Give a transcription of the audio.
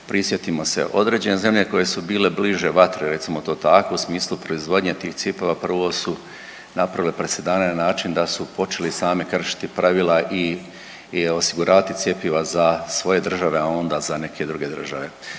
Prisjetimo se, određene zemlje koje su bile bliže vatre, recimo to tako, u smislu proizvodnje tih cjepiva, prvo su napravile presedane na način da su počeli sami kršiti pravila i osiguravati cjepiva za svoje države, a onda za neke druge države.